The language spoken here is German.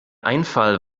einfall